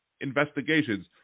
investigations